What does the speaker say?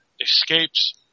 escapes